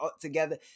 together